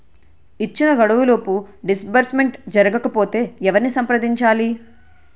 ఇచ్చిన గడువులోపు డిస్బర్స్మెంట్ జరగకపోతే ఎవరిని సంప్రదించాలి?